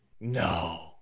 No